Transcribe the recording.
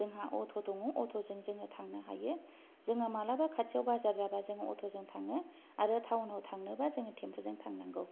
जोंहा अट' दङ अट'जों जोङो थांनो हायो जोङो मालाबा खाथियाव बाजार जाबा जोङो अट'जों थाङो आरो टाउनाव थांनोबा जोङो थिमफुजों थांनांगौ